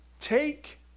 Take